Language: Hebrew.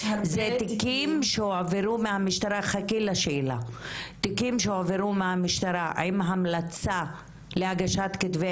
זה תיקים שהועברו מהמשטרה עם המלצה להגשת כתבי